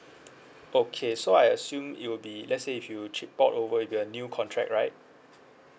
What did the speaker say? okay so I assume it will be let's say if you ch~ port over with a new contract right